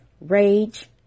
rage